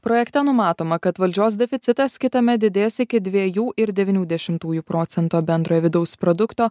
projekte numatoma kad valdžios deficitas kitąmet didės iki dviejų ir devynių dešimtųjų procento bendrojo vidaus produkto